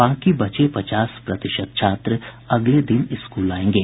बाकी बचे पचास प्रतिशत छात्र अगले दिन स्कूल आयेंगे